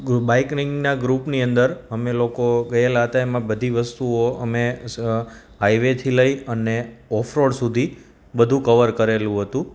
બાઈકિંગના ગ્રુપની અંદર અમે લોકો ગયેલા હતા એમાં બધી વસ્તુઓ અમે હાઈવેથી લઈ અને ઓફ રોડ સુધી બધું કવર કરેલું હતું